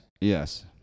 yes